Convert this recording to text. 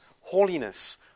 holiness